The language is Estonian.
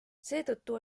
seetõttu